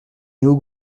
néo